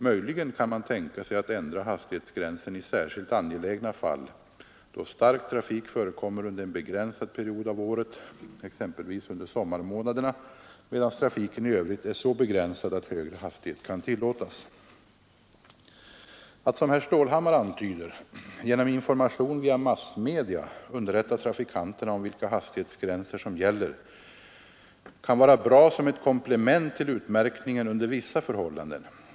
Möjligen kan man tänka sig att ändra hastighetsgränsen i särskilt angelägna fall då stark trafik förekommer under en begränsad period av året, exempelvis under sommarmånaderna, medan trafiken i övrigt är så begränsad att högre hastighet kan tillåtas. Att — som herr Stålhammar antyder — genom information via massmedia underrätta trafikanterna om vilka hastighetsgränser som gäller kan vara bra som ett komplement till utmärkningen under vissa förhållanden.